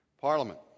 parliament